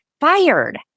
fired